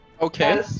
Okay